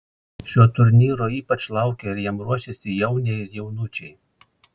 šio turnyro ypač laukia ir jam ruošiasi jauniai ir jaunučiai